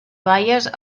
baies